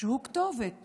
שהוא כתובת